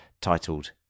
titled